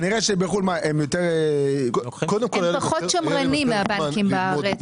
הם פחות שמרנים מהבנקים בארץ.